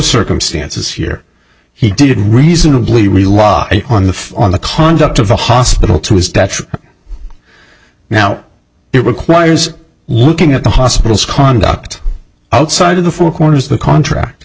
circumstances here he did reasonably rely on the on the conduct of the hospital to his detriment now it requires looking at the hospital's conduct outside of the four corners of the contract